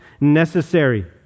necessary